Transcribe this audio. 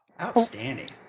Outstanding